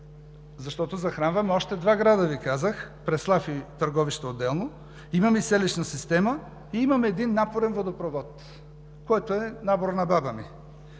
Ви, че захранваме още два града – Преслав и Търговище отделно, имаме и селищна система, и имаме един напорен водопровод, който е набор на баба ми.